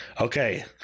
okay